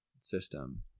system